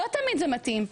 לא תמיד זה מתאים,